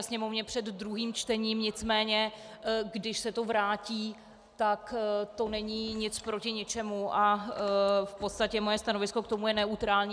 Sněmovně před druhým čtením, nicméně když se to vrátí, tak to není nic proti ničemu a v podstatě moje stanovisko k tomu je neutrální.